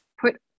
put